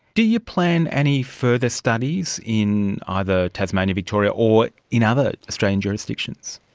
do you plan any further studies in either tasmania, victoria or in other australian jurisdictions?